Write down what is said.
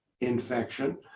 infection